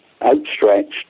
outstretched